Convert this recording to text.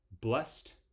blessed